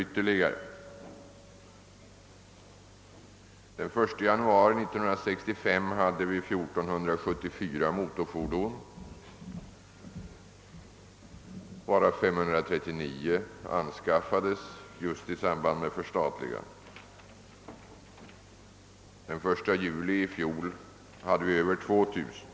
Den 1 januari 1965 hade vi 1 474 motorfordon, av vilka 539 anskaffades i samband med förstatligandet. Den 1 juli i fjol hade vi över 2000.